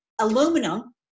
aluminum